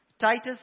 Titus